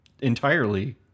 entirely